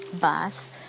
bus